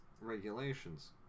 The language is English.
regulations